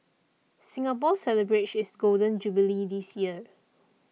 Singapore celebrates its Golden Jubilee this year